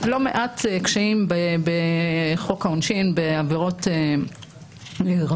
לא מעט קשיים בחוק העונשין בעבירות רבות.